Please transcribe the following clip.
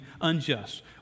unjust